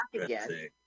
again